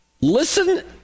Listen